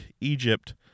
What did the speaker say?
Egypt